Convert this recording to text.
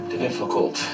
difficult